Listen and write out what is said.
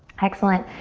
excellent.